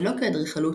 שלא כאדריכלות,